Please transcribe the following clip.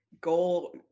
goal